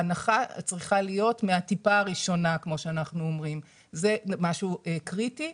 ההנחה צריכה להיות מהטיפה הראשונה וזה משהו קריטי.